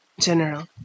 general